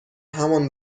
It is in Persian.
همان